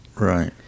Right